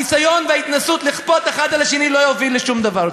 הניסיון לכפות אחד על השני לא יוביל לשום דבר.